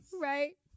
Right